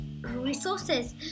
resources